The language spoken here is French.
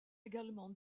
également